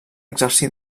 exercir